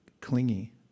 clingy